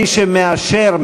מי שמאשר,